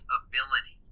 ability